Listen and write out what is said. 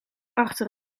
achter